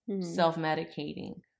self-medicating